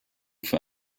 für